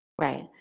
Right